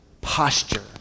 posture